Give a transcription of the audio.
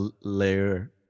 layer